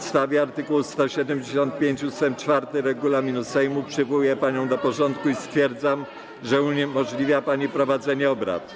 Na podstawie art. 175 ust. 4 regulaminu Sejmu przywołuję panią do porządku i stwierdzam, że uniemożliwia pani prowadzenie obrad.